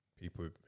people